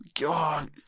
God